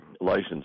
license